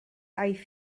aeth